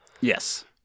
Yes